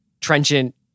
trenchant